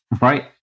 Right